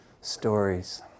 stories